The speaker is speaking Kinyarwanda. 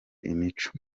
imico